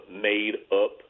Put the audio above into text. made-up